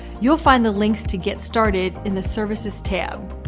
you'll find the links to get started in the services tab.